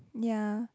ya